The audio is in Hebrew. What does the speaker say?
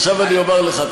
עכשיו אני אומר לך,